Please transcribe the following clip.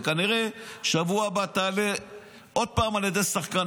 וכנראה בשבוע הבא תעלה עוד פעם על ידי שחקן